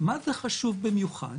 מה זה חשוב במיוחד?